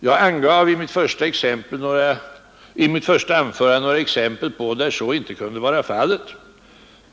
Jag angav i mitt första anförande några exempel på när så inte kunde vara fallet.